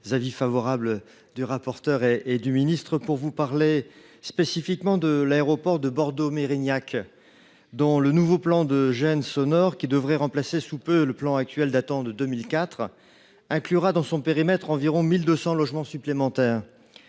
ministre viennent d’émettre pour vous parler spécifiquement de l’aéroport de Bordeaux Mérignac. Son nouveau plan de gêne sonore, qui devrait remplacer sous peu le plan actuel datant de 2004, inclura dans son périmètre environ 1 200 logements supplémentaires.